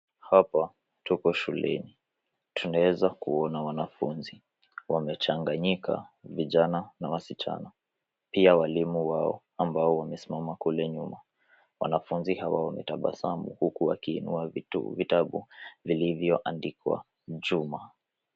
Hapa tuko shuleni, tunaweza kuona wanafunzi, wamechanganyika vijana na wasichana pia walimu wao ambao wamesimama kule nyuma. Wanafunzi hawa wametabasamu huku wakiinua vitu, vitabu vilivyoandikwa Juma.